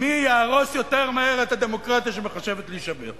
מי יהרוס יותר מהר את הדמוקרטיה שמחשבת להישבר,